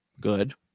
good